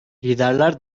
liderler